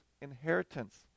inheritance